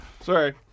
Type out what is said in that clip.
Sorry